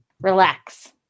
relax